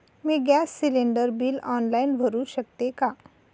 मी gas cylinder bill online भरु शकते का?